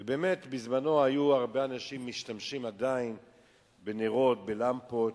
באמת, בזמנו הרבה אנשים השתמשו בנרות, בלמפות.